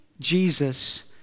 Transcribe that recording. Jesus